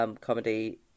comedy